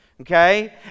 okay